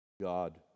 God